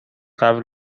قبل